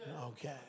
Okay